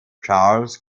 charles